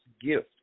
gift